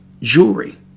jewelry